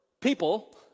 people